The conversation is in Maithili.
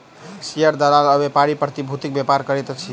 शेयर दलाल आ व्यापारी प्रतिभूतिक व्यापार करैत अछि